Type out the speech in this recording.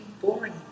boring